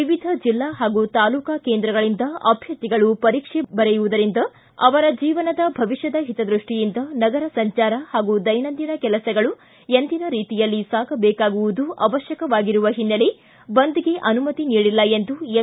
ವಿವಿಧ ಜಿಲ್ಲಾ ಹಾಗೂ ತಾಲೂಕಾ ಕೇಂದ್ರಗಳಿಂದ ಅಭ್ಯರ್ಥಿಗಳು ಪರೀಕ್ಷೆಗೆ ಬರುವುದರಿಂದ ಅವರ ಜೀವನದ ಭವಿಷ್ಕದ ಹಿತದೃಷ್ಟಿಯಿಂದ ನಗರ ಸಂಜಾರ ಹಾಗೂ ದೈನಂದಿನ ಕೆಲಸಗಳು ಎಂದಿನ ರೀತಿಯಲ್ಲಿ ಸಾಗಬೇಕಾಗುವುದು ಅವಶ್ಯಕವಾಗಿರುವ ಓನ್ನೆಲೆ ಬಂದ್ಗೆ ಅನುಮತಿ ನೀಡಿಲ್ಲ ಎಂದು ಎಂ